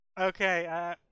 Okay